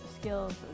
skills